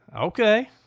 Okay